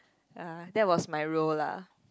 ya that was my role lah